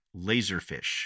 Laserfish